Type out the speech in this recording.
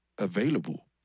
Available